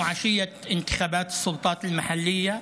להלן תרגומם: אנחנו ערב בחירות למועצות המקומיות.